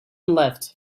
left